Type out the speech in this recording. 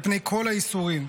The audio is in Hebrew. אל פני כל הייסורים.